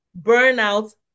burnout